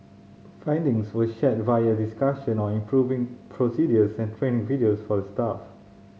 findings were shared via discussion on improving procedures and training videos for the staff